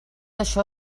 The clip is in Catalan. això